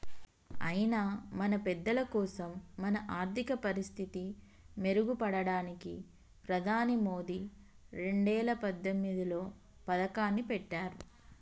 అయినా మన పెద్దలకోసం మన ఆర్థిక పరిస్థితి మెరుగుపడడానికి ప్రధాని మోదీ రెండేల పద్దెనిమిదిలో పథకాన్ని పెట్టారు